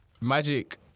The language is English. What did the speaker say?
Magic